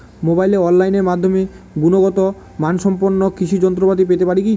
মোবাইলে অনলাইনের মাধ্যমে গুণগত মানসম্পন্ন কৃষি যন্ত্রপাতি পেতে পারি কি?